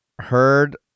heard